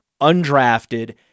undrafted